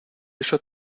eso